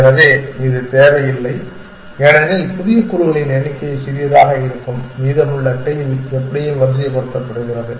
எனவே இது தேவையில்லை ஏனெனில் புதிய கூறுகளின் எண்ணிக்கை சிறியதாக இருக்கும் மீதமுள்ள டெயில் எப்படியும் வரிசைப்படுத்தப்படுகிறது